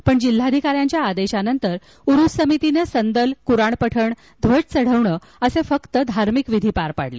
पण जिल्हाधिकाऱ्यांच्या आदेशानतर उरूस समितीन संदल कुराण पठण ध्वज चढविणे असे फक्त धार्मिक विधी पार पाडले